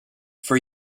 for